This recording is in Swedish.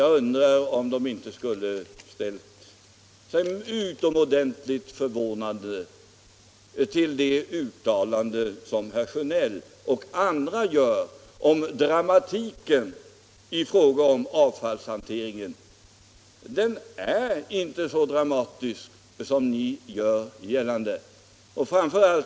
Jag undrar om de inte skulle n bli utomordentligt förvånade inför de uttalanden som herr Sjönell och andra gör om dramatiken i fråga om avfallshanteringen. Den är inte så dramatisk som ni gör gällande.